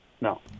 No